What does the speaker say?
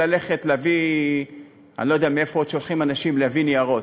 אני לא יודע לאן עוד שולחים אנשים להביא ניירות.